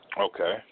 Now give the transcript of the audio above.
okay